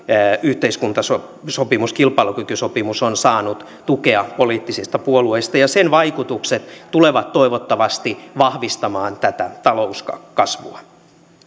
yhteiskuntasopimus kilpailukykysopimus on saanut tukea poliittisista puolueista ja sen vaikutukset tulevat toivottavasti vahvistamaan tätä talouskasvua